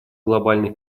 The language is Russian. глобальных